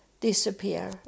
disappear